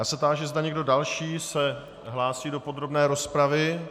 Já se táži, zda někdo další se hlásí do podrobné rozpravy.